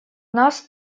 нас